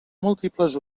múltiples